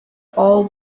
all